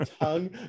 tongue